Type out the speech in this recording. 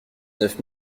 neuf